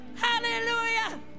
hallelujah